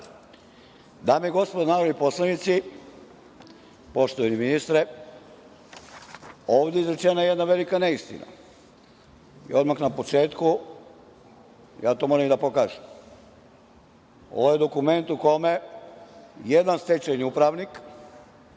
Dame i gospodo narodni poslanici, poštovani ministre, ovde je izrečena jedna velika neistina. Odmah na početku ja to moram da pokažem. Ovo je dokument u kome jednostečajni upravnik,